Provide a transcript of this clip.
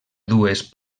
dues